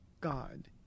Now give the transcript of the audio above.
God